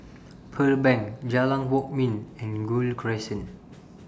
Pearl Bank Jalan Kwok Min and Gul Crescent